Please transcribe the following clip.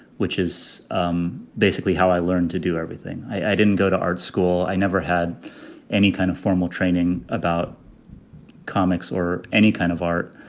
which is um basically how i learned to do everything. i didn't go to art school. i never had any kind of formal training about comics or any kind of art.